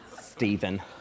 Stephen